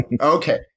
okay